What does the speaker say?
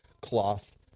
cloth